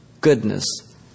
goodness